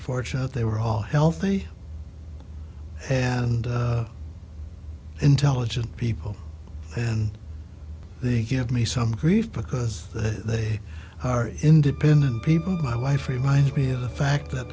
fortunate they were all healthy and intelligent people and they give me some grief because that they are independent people my wife reminded me of the fact that